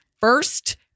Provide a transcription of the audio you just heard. first